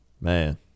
man